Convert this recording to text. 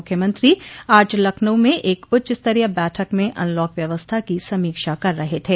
मुख्यमंत्री आज लखनऊ में एक उच्चस्तरीय बैठक में अनलॉक व्यवस्था की समीक्षा कर रहे थे